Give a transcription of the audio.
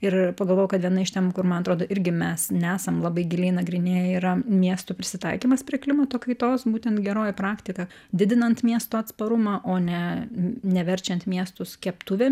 ir pagalvojau kad viena iš ten kur man atrodo irgi mes nesam labai giliai nagrinėję yra miestų prisitaikymas prie klimato kaitos būtent geroji praktika didinant miesto atsparumą o ne ne verčiant miestus keptuvėm